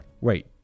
wait